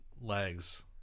legs